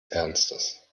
ernstes